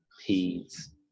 peas